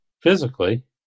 Physically